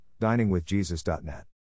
diningwithjesus.net